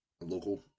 local